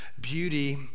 beauty